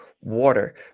water